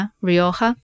Rioja